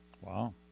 Wow